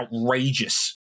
outrageous